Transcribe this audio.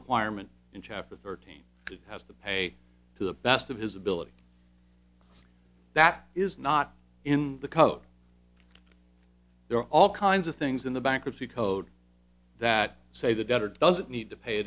requirement in chapter thirteen has to pay to the best of his ability that is not in the code there are all kinds of things in the bankruptcy code that say the debtor doesn't need to pay